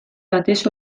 batez